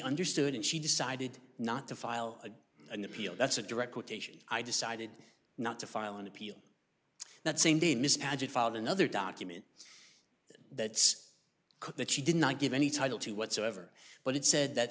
understood and she decided not to file an appeal that's a direct quotation i decided not to file an appeal that same day miss agit filed another document that's cook that she did not give any title to whatsoever but it said that